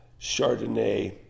Chardonnay